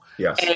Yes